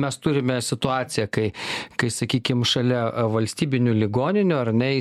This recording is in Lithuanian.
mes turime situaciją kai kai sakykim šalia valstybinių ligoninių ar nei